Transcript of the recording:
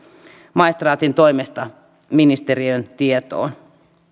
maistraatin toimesta ministeriön tietoon